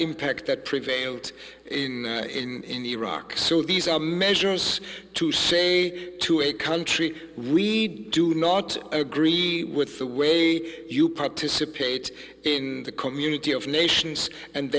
impact that prevailed in iraq so these are measures to say to a country we do not agree with the way you participate in the community of nations and